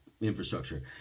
infrastructure